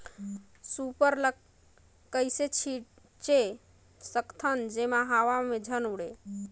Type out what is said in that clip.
Super ल कइसे छीचे सकथन जेमा हवा मे झन उड़े?